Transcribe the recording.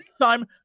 time